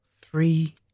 three